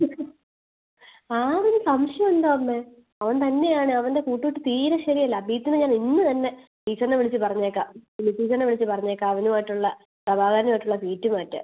ആ ഒരു സംശയവെന്താമ്മേ അവൻ തന്നെയാണ് അവൻ്റെ കൂട്ടുകെട്ട് തീരെ ശരിയല്ല അഭിജിത്തിനെ ഞാനിന്ന് തന്നെ ടീച്ചർനെ വിളിച്ച് പറഞ്ഞേക്കാം മിനിട്ടീച്ചർനെ വിളിച്ച് പറഞ്ഞേക്കാം അവനുവായിട്ടുള്ള പ്രഭാകരനുവായിട്ടുള്ള സീറ്റ് മാറ്റാൻ